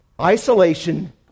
Isolation